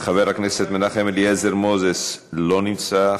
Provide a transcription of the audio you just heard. חבר הכנסת מנחם אליעזר מוזס, לא נמצא,